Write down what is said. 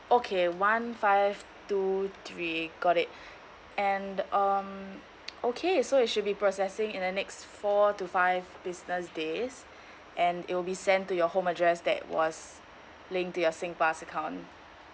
okay one five two three got it and um okay so it should be processing in the next four to five business days and it will be sent to your home address that was linked to your SingPass account